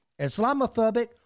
Islamophobic